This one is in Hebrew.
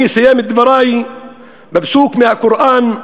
אני אסיים את דברי בפסוק מהקוראן: